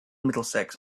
middlesex